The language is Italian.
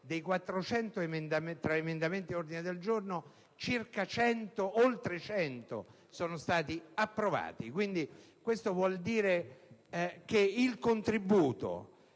dei 400 tra emendamenti ed ordini del giorno presentati oltre 100 sono stati approvati: questo vuol dire che il contributo